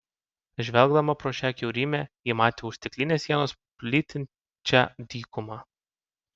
žvelgdama pro šią kiaurymę ji matė už stiklinės sienos plytinčią dykumą